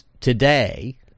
today